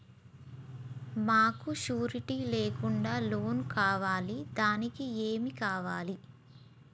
మాకు షూరిటీ లేకుండా లోన్ కావాలి దానికి ఏమేమి కావాలి?